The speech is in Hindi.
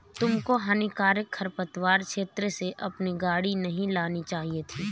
तुमको हानिकारक खरपतवार क्षेत्र से अपनी गाड़ी नहीं लानी चाहिए थी